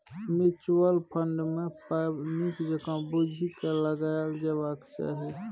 mutual fund मे पाइ नीक जकाँ बुझि केँ लगाएल जेबाक चाही